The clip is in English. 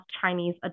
Chinese